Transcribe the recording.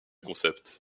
concept